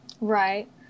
Right